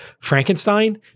Frankenstein